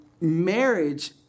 marriage